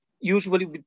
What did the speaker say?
usually